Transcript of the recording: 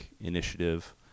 initiative